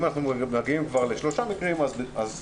אם אנחנו מגיעים כבר לשניים או שלושה מקרים אז ברוב